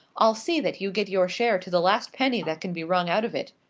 i'll see that you get your share to the last penny that can be wrung out of it.